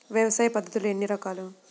వ్యవసాయ పద్ధతులు ఎన్ని రకాలు?